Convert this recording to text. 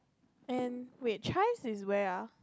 and wait Chais is where ah